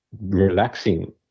relaxing